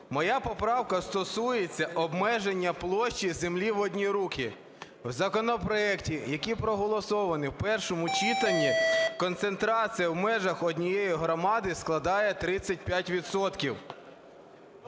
Моя поправка стосується обмеження площі землі в одні руки. В законопроекті, який проголосований в першому читанні, концентрація в межах однієї громади складає 35